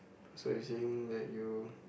so you're saying that you